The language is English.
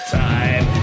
time